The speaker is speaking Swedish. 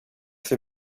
för